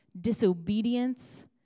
disobedience